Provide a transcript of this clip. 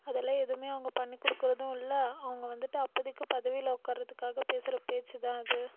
அதெல்லாம் எதுவுமே அவங்க பண்ணிக் கொடுக்கறதும் இல்லை அவங்க வந்துட்டு அப்போதைக்கு பதவியில உட்காறதுக்காக பேசுகிற பேச்சு தான் அது